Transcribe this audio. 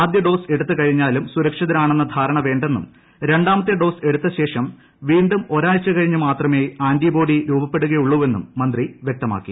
ആദ്യ ഡോസ് എടുത്തു കഴിഞ്ഞാലും സുരക്ഷിതർ ആണെന്ന ധാരണ വേണ്ടെന്നും രണ്ടാമത്തെ ഡോസ് എടുത്ത ശേഷം വീണ്ടും ഒരാഴ്ച കഴിഞ്ഞു മാത്രമേ ആന്റിബോഡി രൂപപ്പെടുകയുള്ളൂവെന്നും മന്ത്രി വ്യക്തമാക്കി